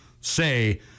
say